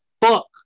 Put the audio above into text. fuck